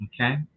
okay